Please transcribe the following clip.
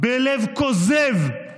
בלב כוזב.